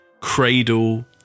cradle